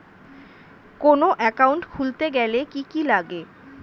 কোন একাউন্ট খুলতে গেলে কি কি লাগে?